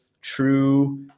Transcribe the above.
true